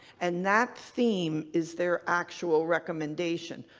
and that theme is their actual recommendation,